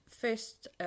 first